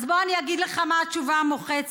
אז בוא אני אגיד לך מה התשובה המוחצת,